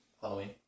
Halloween